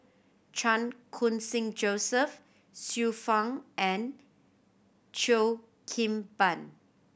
Chan Khun Sing Joseph Xiu Fang and Cheo Kim Ban